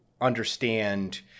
understand